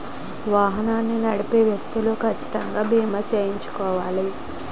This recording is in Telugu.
వాహనాలు నడిపే వ్యక్తులు కచ్చితంగా బీమా చేయించుకోవాలి